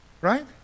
Right